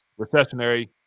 recessionary